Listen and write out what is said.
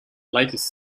latest